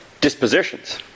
dispositions